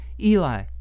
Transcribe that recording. Eli